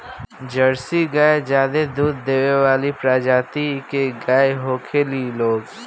Jersey गाय ज्यादे दूध देवे वाली प्रजाति के गाय होखेली लोग